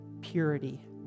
purity